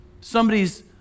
Somebody's